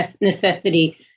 necessity